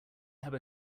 have